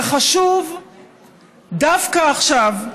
זה חשוב דווקא עכשיו,